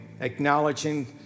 acknowledging